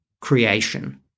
creation